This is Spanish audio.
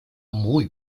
muy